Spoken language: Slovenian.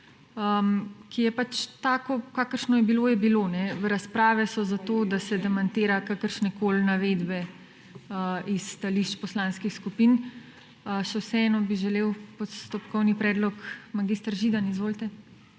ki je pač tako, kakršno je bilo, je bilo, kajne. Razprave so zato, da se demantira kakršnekoli navedbe iz stališč poslanskih skupin. Še vseeno bi želel postopkovni predlog mag. Židan. Izvolite.